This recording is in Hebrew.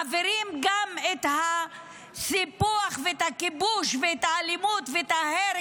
מעבירים גם את הסיפוח והכיבוש ואת האלימות ואת ההרג